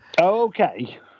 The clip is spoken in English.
Okay